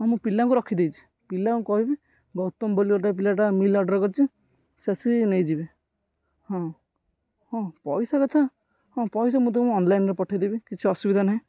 ହଁ ମୁଁ ପିଲାଙ୍କୁ ରଖିଦେଇଛି ପିଲାଙ୍କୁ କହିବି ଗୌତମ ବୋଲି ଗୋଟେ ପିଲାଟା ମିଲ୍ ଅର୍ଡ଼ର କରିଛି ସେ ଆସି ନେଇଯିବେ ହଁ ହଁ ପଇସା କଥା ହଁ ପଇସା ମୁଁ ତୁମକୁ ଅନଲାଇନରେ ପଠେଇଦେବି କିଛି ଅସୁବିଧା ନାହିଁ